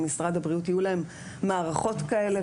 אם למשרד הבריאות יהיו מערכות כאלה,